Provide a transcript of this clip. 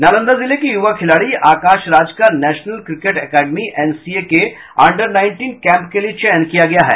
नालंदा जिले के युवा खिलाड़ी आकाश राज का नेशनल क्रिकेट एकेडमी एनसीए के अंडर नाईटीन कैम्प के लिये चयन किया गया है